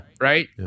Right